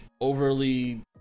overly